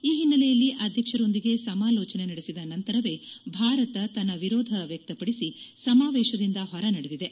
ಈ ಹಿನ್ನೆಲೆಯಲ್ಲಿ ಅಧ್ಯಕ್ಷರೊಂದಿಗೆ ಸಮಾಲೋಜನೆ ನಡೆಸಿದ ನಂತರವೇ ಭಾರತ ತನ್ನ ವಿರೋಧ ವ್ಯಕ್ತಪಡಿಸಿ ಸಮಾವೇಶದಿಂದ ಹೊರನಡೆದಿದೆ